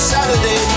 Saturday